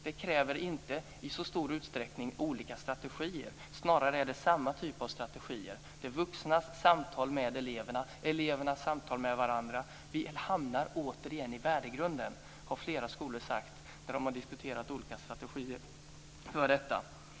Det kräver inte i så stor utsträckning olika strategier. Snarare är det samma typ av strategier, nämligen de vuxnas samtal med eleverna och elevernas samtal med varandra. Vi hamnar återigen i värdegrunden, har flera skolor sagt när de har diskuterat olika strategier för detta.